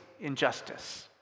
injustice